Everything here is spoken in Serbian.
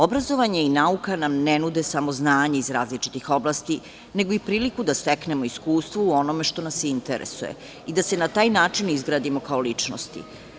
Obrazovanje i nauka ne nude samo znanje iz različitih oblasti nego i priliku da steknemo iskustvo u onome što nas interesuje i da se na taj način izgradimo kao ličnosti.